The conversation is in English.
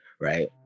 right